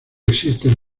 existen